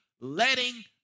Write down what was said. letting